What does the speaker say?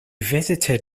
visited